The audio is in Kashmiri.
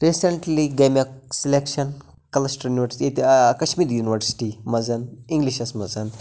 ریٖسنٹلی گٔے مےٚ سلٮ۪کشن کلسٹر ییٚتہِ کشمیٖر نونیورسٹی منٛز اِنگلِشس منٛز